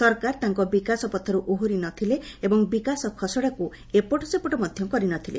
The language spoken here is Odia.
ସରକାର ତାଙ୍କ ବିକାଶ ପଥର୍ ଓହରି ନଥିଲେ ଏବଂ ବିକାଶ ଖସଡ଼ାକୃ ଏପଟସେପଟ ମଧ୍ୟ କରିନଥିଲେ